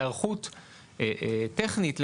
היערכות טכנית,